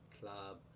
club